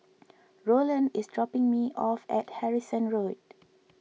Rowland is dropping me off at Harrison Road